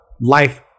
Life